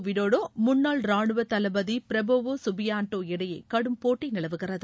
Widodo முன்னாள் ரானுவ தளபதி பிரபவோ சுபியான்டோ இடையே கடும் போட்டி நிலவுகிறது